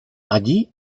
allí